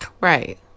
Right